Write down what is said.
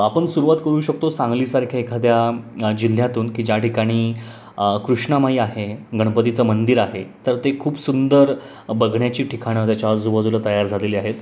आपण सुरुवात करू शकतो सांगलीसारख्या एखाद्या जिल्ह्यातून की ज्या ठिकाणी कृष्णामाई आहे गणपतीचं मंदिर आहे तर ते खूप सुंदर बघण्याची ठिकाणं त्याच्या अजूबाजूला तयार झालेली आहेत